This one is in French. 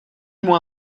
moins